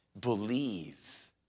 Believe